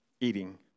eating